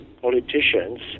politicians